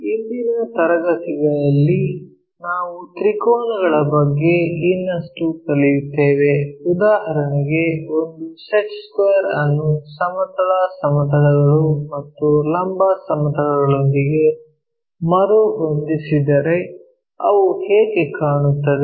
ಇಂದಿನ ತರಗತಿಯಲ್ಲಿ ನಾವು ತ್ರಿಕೋನಗಳ ಬಗ್ಗೆ ಇನ್ನಷ್ಟು ಕಲಿಯುತ್ತೇವೆ ಉದಾಹರಣೆಗೆ ಒಂದು ಸೆಟ್ ಸ್ಕ್ವೇರ್ ಅನ್ನು ಸಮತಲ ಸಮತಲಗಳು ಮತ್ತು ಲಂಬ ಸಮತಲಗಳೊಂದಿಗೆ ಮರುಹೊಂದಿಸಿದರೆ ಅವು ಹೇಗೆ ಕಾಣುತ್ತವೆ